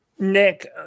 Nick